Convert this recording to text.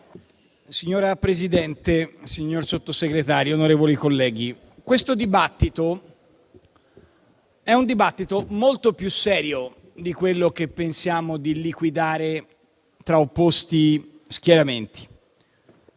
Signora Presidente, signor Sottosegretario, onorevoli colleghi, questo è un dibattito molto più serio di quello che pensiamo di liquidare tra opposti schieramenti.